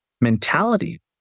mentality